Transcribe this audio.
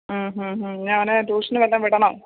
ഹും ഹും ഹും ഇനി അവനേ ട്യൂഷന് വല്ലതും വിടണോ